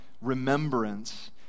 remembrance